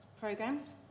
programs